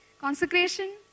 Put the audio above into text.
Consecration